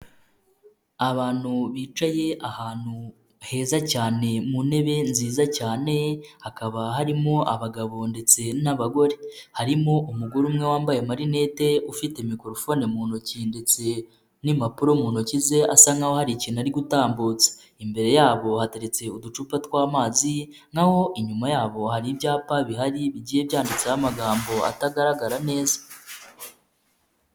Abantu bicaye ahantu heza cyane, mu ntebe nziza cyane, hakaba harimo abagabo ndetse n'abagore; harimo umugore umwe wambaye amarineti, ufite mikorofoni mu ntoki, ndetse n'impapuro mu ntoki ze asa nkaho hari ikintu ari gutambutsa. Imbere yabo hateretse uducupa tw'amazi, naho inyuma yabo hari ibyapa bihari bigiye byanditseho amagambo atagaragara neza.